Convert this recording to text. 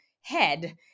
head